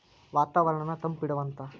ವಾತಾವರಣನ್ನ ತಂಪ ಇಡತಾವಂತ